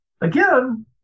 again